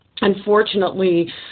unfortunately